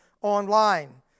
online